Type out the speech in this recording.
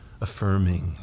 affirming